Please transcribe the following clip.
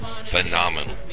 phenomenal